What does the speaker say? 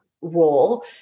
role